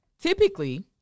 Typically